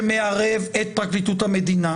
שמערב את פרקליטות המדינה.